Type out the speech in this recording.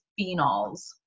phenols